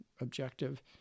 objective